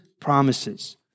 promises